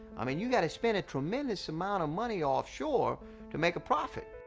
i mean, you've got to spend a tremendous amount of money offshore to make a profit.